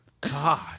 God